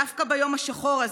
דווקא ביום השחור הזה,